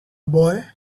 boy